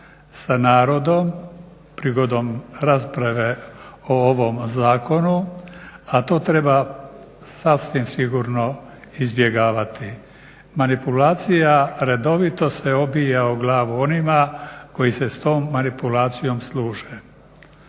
sa narodom prigodom rasprave o ovom Zakonu a to treba sasvim sigurno izbjegavati. Manipulacija redovito se obija o glavu onima koji se s tom manipulacijom služe.